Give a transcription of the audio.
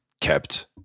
kept